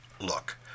Look